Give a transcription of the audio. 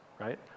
right